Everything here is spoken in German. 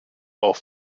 auf